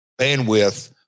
bandwidth